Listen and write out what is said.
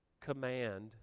command